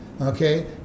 okay